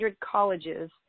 colleges